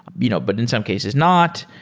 you know but in some cases not.